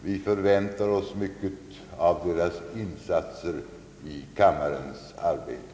Vi förväntar oss mycket av deras insatser i kammarens arbete.